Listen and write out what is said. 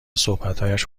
صحبتهایش